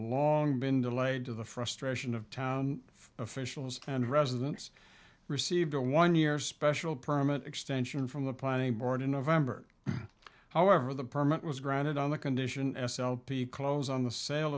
long been delayed to the frustration of town officials and residents received a one year special permit extension from the planning board in november however the permit was granted on the condition s l p close on the sale